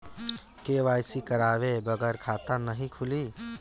KYC करवाये बगैर खाता नाही खुली?